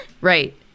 Right